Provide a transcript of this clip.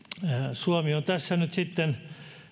suomi on tässä nyt sitten